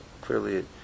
clearly